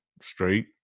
straight